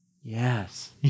yes